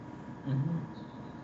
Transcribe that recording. mmhmm